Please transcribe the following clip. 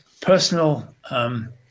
personal